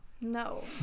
No